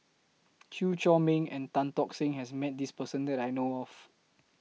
Chew Chor Meng and Tan Tock Seng has Met This Person that I know of